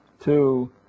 two